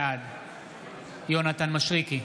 בעד יונתן מישרקי,